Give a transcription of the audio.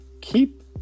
keep